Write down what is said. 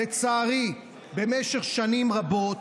לצערי, במשך שנים רבות